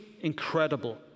incredible